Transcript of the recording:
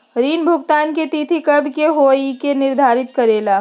ऋण भुगतान की तिथि कव के होई इ के निर्धारित करेला?